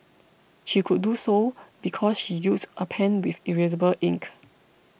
she could do so because she used a pen with erasable ink